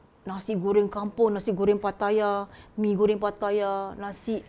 nasi goreng kampung nasi goreng pattaya mee goreng pattaya nasi